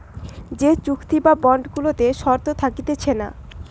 যে চুক্তি বা বন্ড গুলাতে শর্ত থাকতিছে না